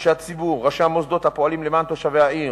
אנשי הציבור וראשי המוסדות הפועלים למען תושבי העיר,